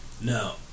No